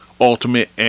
ultimate